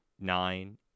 nine